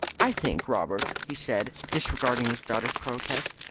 i think, robert, he said, disregarding his daughter's protest,